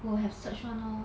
will have surge [one] lor